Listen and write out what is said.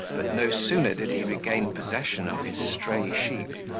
but no sooner did he regain possession of his stray sheep,